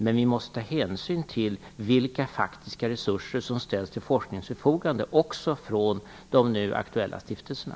Men vi måste ta hänsyn till vilka faktiska resurser som ställs till forskningens förfogande, även från de nu aktuella stiftelserna.